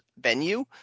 venue